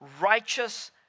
righteous